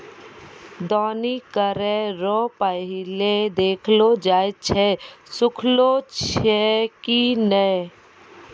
दौनी करै रो पहिले देखलो जाय छै सुखलो छै की नै